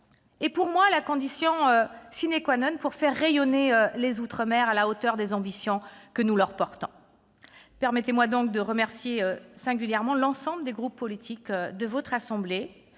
est la condition pour faire rayonner les outre-mer à la hauteur des ambitions que nous leur assignons. Permettez-moi de remercier singulièrement l'ensemble des groupes politiques de votre assemblée